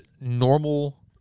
normal